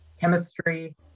Chemistry